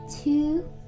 two